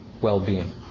well-being